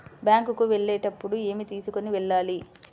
Bank కు వెళ్ళేటప్పుడు ఏమి తీసుకొని వెళ్ళాలి?